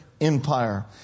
empire